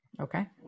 Okay